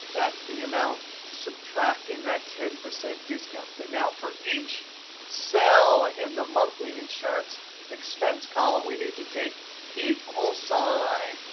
that's the amount subtracting that ten percent discount. but now, for each cell in the monthly insurance expense column, we need to take equal sign,